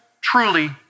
truly